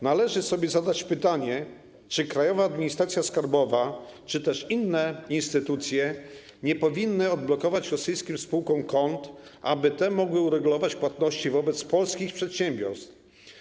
Należy sobie zadać pytanie, czy Krajowa Administracja Skarbowa czy też inne instytucje nie powinny odblokować rosyjskim spółkom kont, aby te mogły uregulować płatności wobec polskich przedsiębiorstw.